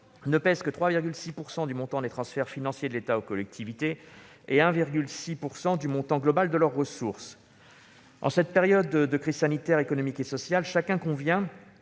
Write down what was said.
seulement 3,6 % du montant des transferts financiers de l'État aux collectivités et 1,6 % du montant global de leurs ressources. En cette période de crise sanitaire, économique et sociale, chacun en convient,